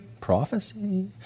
prophecy